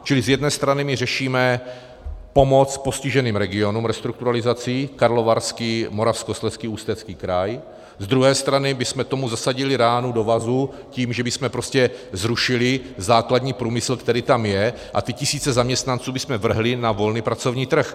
Čili z jedné strany řešíme pomoc postiženým regionům restrukturalizací, Karlovarský, Moravskoslezský, Ústecký kraj, z druhé strany bychom tomu zasadili ránu do vazu tím, že bychom prostě zrušili základní průmysl, který tam je, a ty tisíce zaměstnanců bychom vrhli na volný pracovní trh.